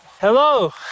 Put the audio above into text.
Hello